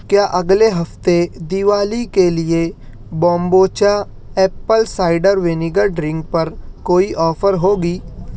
کیا اگلے ہفتے دیوالی کے لیے kombucha apple cider vinegar drink پر کوئی آفر ہوگی